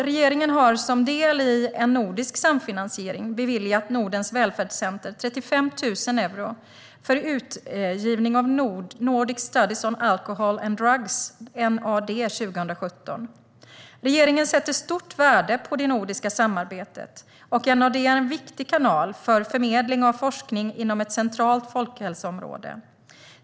Regeringen har, som en del i en nordisk samfinansiering, beviljat Nordens välfärdscenter 35 000 euro för utgivning av Nordic Studies on Alcohol and Drugs, NAD, 2017. Regeringen sätter stort värde på det nordiska samarbetet, och NAD är en viktig kanal för förmedling av forskning inom ett centralt folkhälsoområde.